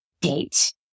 date